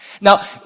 Now